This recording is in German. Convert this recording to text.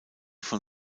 von